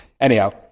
Anyhow